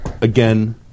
Again